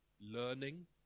learning